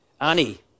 Annie